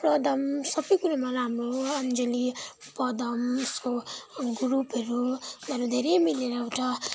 पदम सबै कुरामा राम्रो अञ्जली पदम उसको ग्रुपहरू उनीहरू धेरै मिलेर एउटा